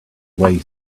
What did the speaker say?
way